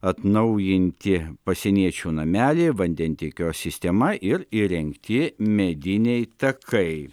atnaujinti pasieniečių nameliai vandentiekio sistema ir įrengti mediniai takai